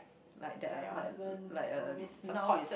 like that like l~ like uh now is